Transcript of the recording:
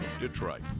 Detroit